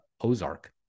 Ozark